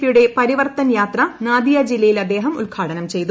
P യുടെ പരിവർത്തൻ യാത്ര നാദിയ് ജില്ലയിൽ അദ്ദേഹം ഉദ്ഘാടനം ചെയ്തു